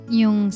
yung